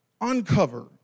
Uncover